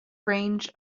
range